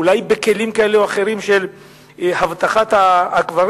אולי בכלים כאלה או אחרים של אבטחת הקברים,